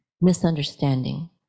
misunderstanding